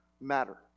matter